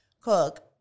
cook